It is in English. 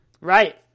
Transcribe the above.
Right